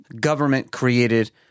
government-created